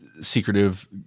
secretive